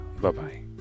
Bye-bye